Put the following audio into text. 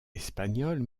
espagnoles